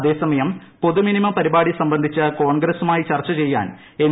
അതേസമയം പൊതു മിനിമം പരിപാടി സംബന്ധിച്ച് കോൺഗ്രസുമായി ചർച്ച ചെയ്യാൻ എൻ